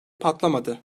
patlamadı